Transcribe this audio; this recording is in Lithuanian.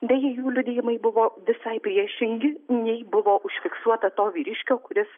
deja jų liudijimai buvo visai priešingi nei buvo užfiksuota to vyriškio kuris